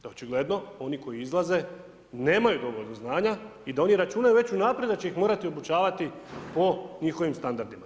Da očigledno, oni koji izlaze nemaju dovoljno znanja i da oni računaju već unaprijed da će ih morati obučavati po njihovim standardnima.